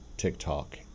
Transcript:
TikTok